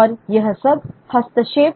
और यह सब हस्तक्षेप